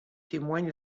témoigne